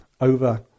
over